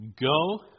go